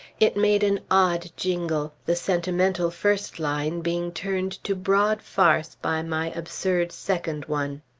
it made an odd jingle, the sentimental first line being turned to broad farce by my absurd second one.